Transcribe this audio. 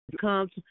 comes